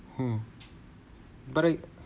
mm but I